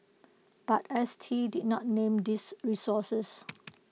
but S T did not name these sources